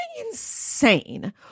insane